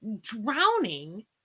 drowning